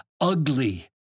ugly